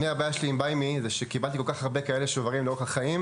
הבעיה שלי עם BuyMe היא שקיבלתי כל כך הרבה שוברים כאלה לאורך החיים,